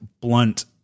blunt